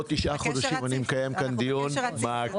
בעוד תשעה חודשים אני מקיים כאן דיון מעקב.